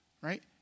Right